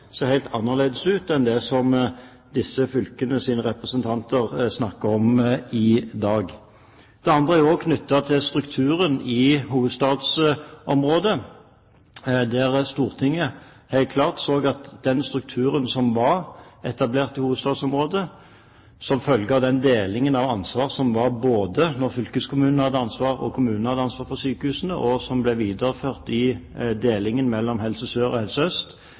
helt annerledes ut enn det som disse fylkenes representanter snakker om i dag. Det andre er knyttet til strukturen i hovedstadsområdet. Stortinget så helt klart at den strukturen som var etablert i hovedstadsområdet – som følge av delingen av ansvar som var både da fylkeskommunen hadde ansvar og kommunen hadde ansvar for sykehusene, og som ble videreført i delingen mellom Helse Sør og Helse Øst